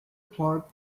part